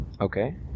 Okay